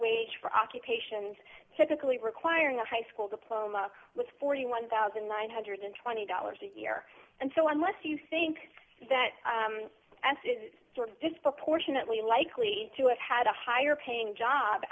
wage for occupations typically requiring a high school diploma was forty one thousand one hundred and twenty dollars a year and so unless you think that it's sort of disproportionately likely to have had a higher paying job